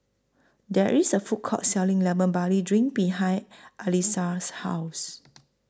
There IS A Food Court Selling Lemon Barley Drink behind Alesia's House